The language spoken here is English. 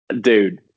dude